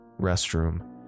restroom